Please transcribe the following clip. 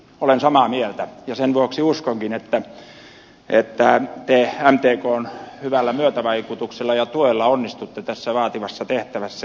olen samaa mieltä ja sen vuoksi uskonkin että te mtkn hyvällä myötävaikutuksella ja tuella onnistutte tässä vaativassa tehtävässä